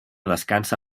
descansa